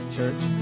church